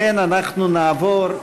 לכן אנחנו נעבור,